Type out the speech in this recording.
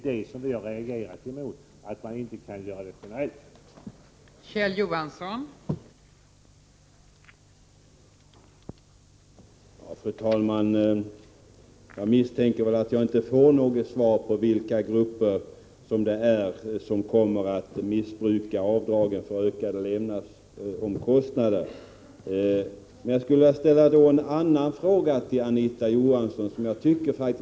Vad vi reagerade emot är att man inte velat göra lagstiftningen generell.